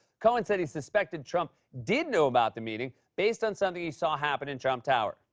cohen said he suspected trump did know about the meeting, based on something he saw happen in trump tower.